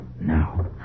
Now